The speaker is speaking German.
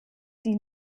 die